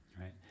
right